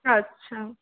আচ্ছা